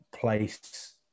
place